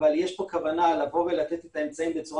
אבל יש פה כוונה לתת את האמצעים בצורה